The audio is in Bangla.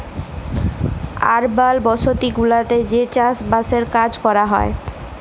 আরবাল বসতি গুলাতে যে চাস বাসের কাজ ক্যরা হ্যয়